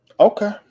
Okay